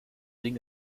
ding